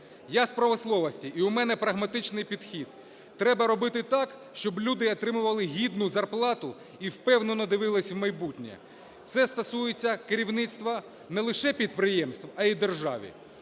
Я з промисловості, і у мене прагматичний підхід: треба робити так, щоб люди отримували гідну зарплату і впевнено дивилися в майбутнє. Це стосується керівництва не лише підприємств, але й держави.